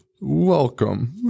Welcome